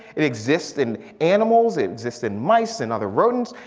it exists in animals, it exists in mice, and other rodents.